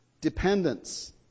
dependence